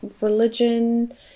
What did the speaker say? religion